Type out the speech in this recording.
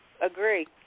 Agree